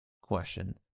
question